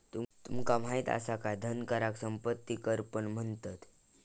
तुमका माहित असा काय धन कराक संपत्ती कर पण म्हणतत?